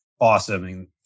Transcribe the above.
awesome